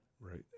right